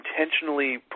intentionally